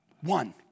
one